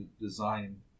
design